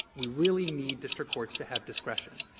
we really need district courts to have discretion.